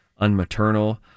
unmaternal